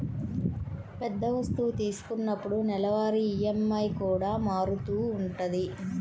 పెద్ద వస్తువు తీసుకున్నప్పుడు నెలవారీ ఈఎంఐ కూడా మారుతూ ఉంటది